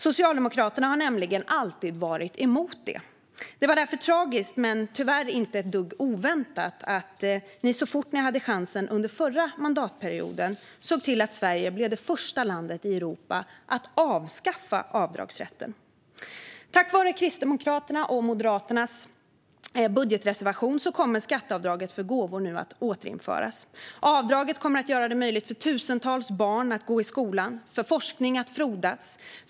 Socialdemokraterna har nämligen alltid varit emot det. Det var därför tragiskt men tyvärr inte ett dugg oväntat att ni så fort ni fick chansen under förra mandatperioden såg till att Sverige blev det första landet i Europa att avskaffa avdragsrätten. Tack vare Kristdemokraternas och Moderaternas budgetreservation kommer skatteavdraget för gåvor nu att återinföras. Avdraget kommer att göra det möjligt för tusentals barn att gå i skolan och för forskning att frodas.